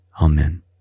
Amen